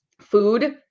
food